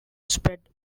spread